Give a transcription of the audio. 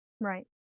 Right